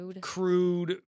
crude